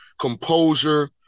composure